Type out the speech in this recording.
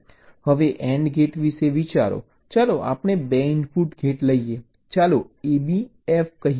હવે AND gate વિશે વિચારો ચાલો આપણે 2 ઇનપુટ અને ગેટ લઈએ ચાલો AB F કહીએ